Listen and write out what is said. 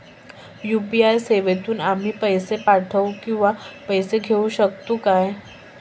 UPI सेवेतून आम्ही पैसे पाठव किंवा पैसे घेऊ शकतू काय?